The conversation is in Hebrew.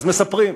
אז מספרים.